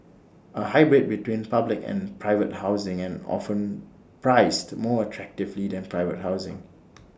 A hybrid between public and private housing and often priced more attractively than private housing